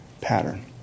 pattern